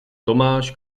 tomáš